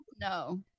no